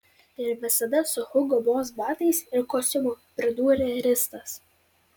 ir visada su hugo boss batais ir kostiumu pridūrė ristas